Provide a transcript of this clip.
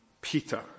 Peter